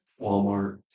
Walmart